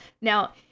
Now